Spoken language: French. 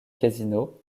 casino